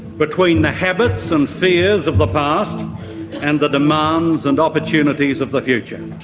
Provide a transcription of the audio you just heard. between the habits and fears of the past and the demands and opportunities of the future.